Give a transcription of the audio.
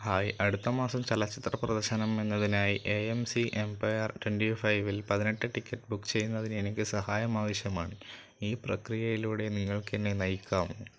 hi അടുത്ത മാസം ചലച്ചിത്ര പ്രദർശനം എന്നതിനായി A M C Empire twenty ഫൈവിൽ പതിനെട്ട് ടിക്കറ്റ് ബുക്ക് ചെയ്യുന്നതിന് എനിക്ക് സഹായം ആവശ്യമാണ് ഈ പ്രക്രിയയിലൂടെ നിങ്ങൾക്ക് എന്നെ നയിക്കാമോ